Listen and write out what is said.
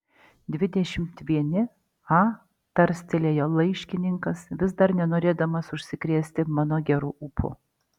dvidešimt vieni a tarstelėjo laiškininkas vis dar nenorėdamas užsikrėsti mano geru ūpu